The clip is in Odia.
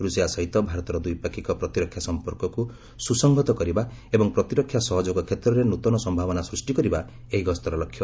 ରୂଷିଆ ସହିତ ଭାରତର ଦ୍ୱିପାକ୍ଷିକ ପ୍ରତିରକ୍ଷା ସଂପର୍କକୁ ସୁସ୍ହତ କରିବା ଏବଂ ପ୍ରତିରକ୍ଷା ସହଯୋଗ କ୍ଷେତ୍ରରେ ନୂତନ ସମ୍ଭାବନା ସୃଷ୍ଟି କରିବା ଏହି ଗସ୍ତର ଲକ୍ଷ୍ୟ